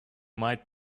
might